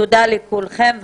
תודה לכולכם.